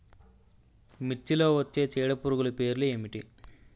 మిర్చిలో వచ్చే చీడపురుగులు పేర్లు ఏమిటి?